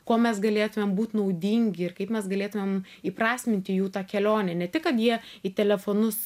kuo mes galėtumėm būt naudingi ir kaip mes galėtumėm įprasminti jų tą kelionę ne tik kad jie į telefonus